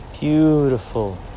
Beautiful